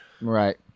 Right